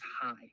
high